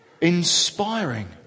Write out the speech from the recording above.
inspiring